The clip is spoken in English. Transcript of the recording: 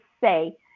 say